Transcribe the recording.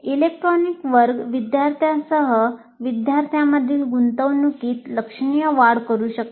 electronic वर्ग विद्यार्थ्यांसह विद्यार्थ्यांमधील गुंतवणूकीत लक्षणीय वाढ करू शकते